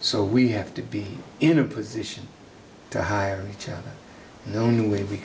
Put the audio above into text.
so we have to be in a position to hire each other and the only way we